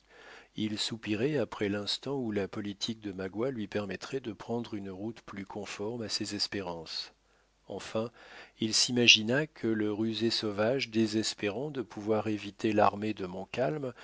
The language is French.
il soupirait après l'instant où la politique de magua lui permettrait de prendre une route plus conforme à ses espérances enfin il s'imagina que le rusé sauvage désespérant de pouvoir éviter l'armée de